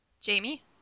Jamie